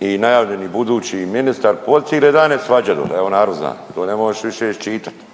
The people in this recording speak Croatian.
i najavljeni budući ministar po cile dane svađe dole, evo narod zna. To ne možeš više iščitat,